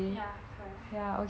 ya correct